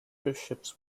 bishops